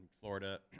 florida